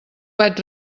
vaig